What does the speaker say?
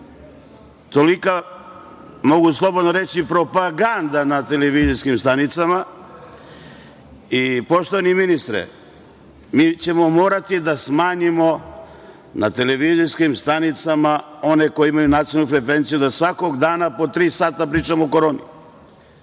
mogu slobodno reći, propaganda na televizijskim stanicama, i poštovani ministre, mi ćemo morati da smanjimo na televizijskim stanicama one koji imaju nacionalnu frekvenciju da svakog dana po tri sata pričamo o koroni,